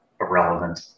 irrelevant